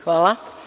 Hvala.